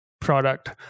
product